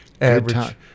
Average